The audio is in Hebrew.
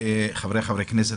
חבריי חברי הכנסת,